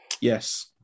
Yes